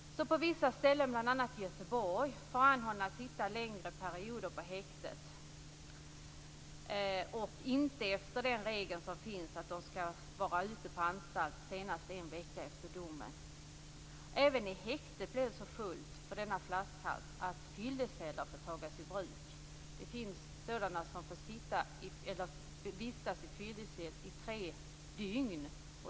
På vissa ställen, bl.a. i Göteborg, får anhållna sitta längre perioder på häktet. Man följer inte den regel som säger att de skall vara ute på anstalt senast en vecka efter domen. Även i häktet blir det så fullt på grund av denna flaskhals att fylleceller får tas i bruk. Det finns sådana som får vistas i fyllecell i tre dygn.